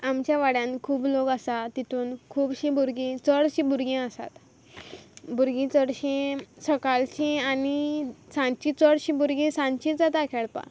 आमच्या वाड्यान खूब लोक आसा तितून खुबशीं भुरगीं चडशीं भुरगीं आसात भुरगीं चडशीं सकाळचीं आनी सांजची चडशीं बुरगीं सांजचीच येता खेळपा